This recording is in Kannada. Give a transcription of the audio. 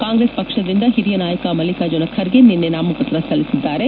ಕಾಂಗ್ರೆಸ್ ಪಕ್ಷದಿಂದ ಹಿರಿಯ ನಾಯಕ ಮಲ್ಲಿಕಾರ್ಜುನ ಖರ್ಗೆ ನಿನ್ನೆ ನಾಮಪತ್ರ ಸಲ್ಲಿಸಿದ್ದಾರೆ